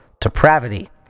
depravity